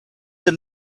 your